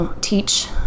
teach